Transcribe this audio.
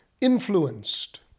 influenced